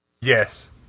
Yes